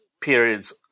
periods